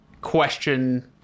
question